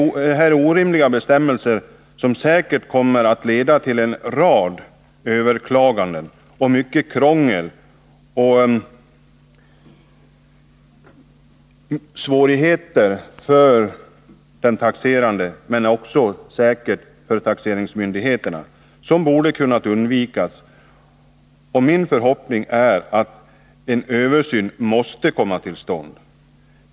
De här orimliga bestämmelserna kommer säkert att leda till en rad överklaganden och mycket krångel och svårigheter — för den taxerade men säkert också för taxeringsmyndigheterna — som borde ha kunnat undvikas. Min förhoppning är att en översyn skall komma till stånd.